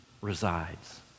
resides